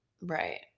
Right